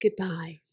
goodbye